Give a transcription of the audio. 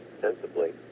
sensibly